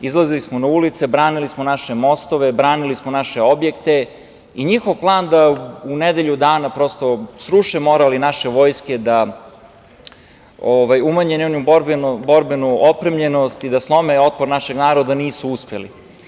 Izlazili smo na ulice, branili smo naše mostove, branili smo naše objekte i njihov plan da u nedelju dana prosto sruše moral naše vojske, da umanje njenu borbenu opremljenosti i da slome otpor našeg naroda nisu uspeli.